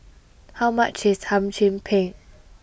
how much is Hum Chim Peng